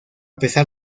pesar